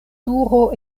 turo